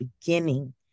beginning